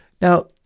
Now